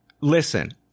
listen